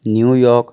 New York